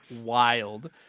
wild